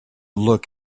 look